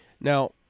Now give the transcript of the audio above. Now